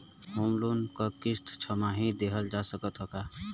Home loan क किस्त छमाही देहल जा सकत ह का?